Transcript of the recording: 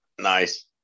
Nice